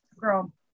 girl